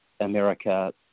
America